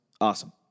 awesome